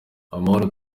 amahoro